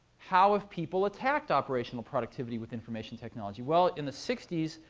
how have people attacked operational productivity with information technology? well, in the sixty s,